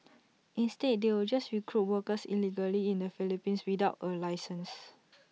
instead they will just recruit workers illegally in the Philippines without A licence